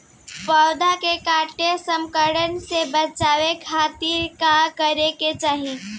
पौधा के कीट संक्रमण से बचावे खातिर का करे के चाहीं?